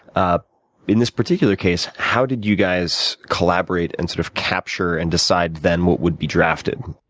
ah in this particular case, how did you guys collaborate and sort of capture and decide then what would be drafted?